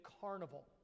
carnival